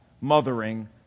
mothering